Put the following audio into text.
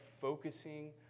focusing